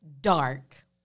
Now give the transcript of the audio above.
dark